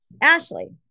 Ashley